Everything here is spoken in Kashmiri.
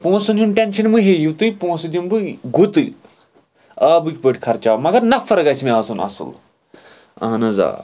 پونٛسَن ہٕنٛز ٹؠنٛشَن مہٕ ہیٚیِو تُہۍ پونٛسہٕ دِمہٕ بہٕ گُتٕلۍ آبٕکۍ پٲٹھۍ خرچاو بہٕ مگر نَفر گَژھہِ مےٚ آسُن اَصٕل اَہَن حظ آ